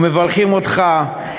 ומברכים אותך.